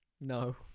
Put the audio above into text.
No